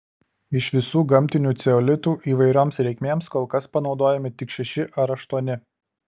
iš visų gamtinių ceolitų įvairioms reikmėms kol kas panaudojami tik šeši ar aštuoni